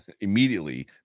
immediately